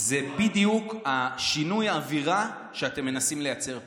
זה בדיוק שינוי האווירה שאתם מנסים לייצר פה.